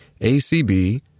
ACB